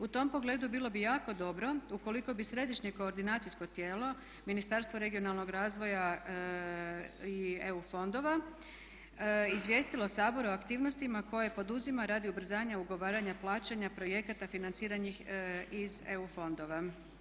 U tom pogledu bilo bi jako dobro ukoliko bi središnje koordinacijsko tijelo Ministarstvo regionalnog razvoja i EU fondova izvijestilo Sabor o aktivnostima koje poduzima radi ubrzanja ugovaranja plaćanja projekata financiranih iz EU fondova.